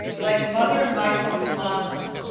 like mother michel's monmouth,